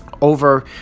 over